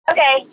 Okay